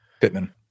Pittman